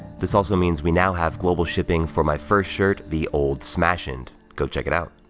this also means we now have global shipping for my first shirt, the old smashioned. go check it out.